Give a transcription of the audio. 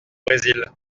brésil